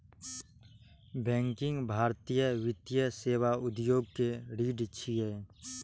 banking भारतीय वित्तीय सेवा उद्योग के रीढ़ छियै